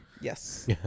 Yes